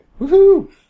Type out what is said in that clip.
Woohoo